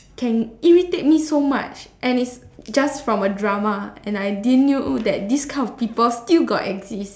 can irritate me so much and it's just from a drama and I didn't knew that this kind of people still got exist